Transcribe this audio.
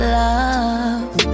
love